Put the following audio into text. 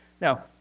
Now